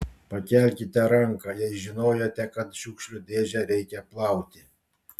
pakelkite ranką jei žinojote kad šiukšlių dėžę reikia plauti